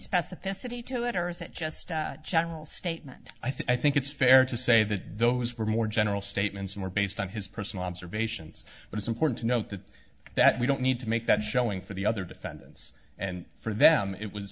specificity to it or is it just a general statement i think it's fair to say that those were more general statements more based on his personal observations but it's important to note that that we don't need to make that showing for the other defendants and for them it was